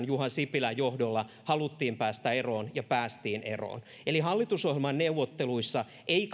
juha sipilän johdolla haluttiin päästä eroon ja päästiin eroon eli hallitusohjelmaneuvotteluissa ei